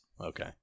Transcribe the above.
Okay